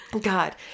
God